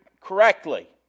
correctly